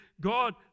God